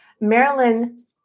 Marilyn